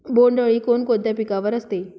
बोंडअळी कोणकोणत्या पिकावर असते?